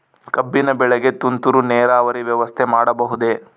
ಕಬ್ಬಿನ ಬೆಳೆಗೆ ತುಂತುರು ನೇರಾವರಿ ವ್ಯವಸ್ಥೆ ಮಾಡಬಹುದೇ?